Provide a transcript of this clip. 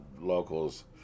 locals